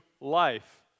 Life